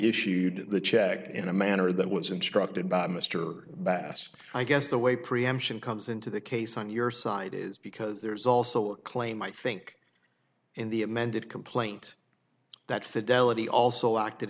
issued the check in a manner that was instructed by mr bass i guess the way preemption comes into the case on your side is because there's also a claim i think in the amended complaint that fidelity also acted